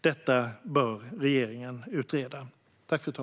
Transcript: Detta bör regeringen utreda.